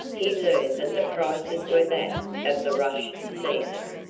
he learned that the prices were that of the rush season,